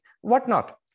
whatnot